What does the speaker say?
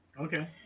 Okay